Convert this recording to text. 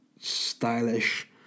stylish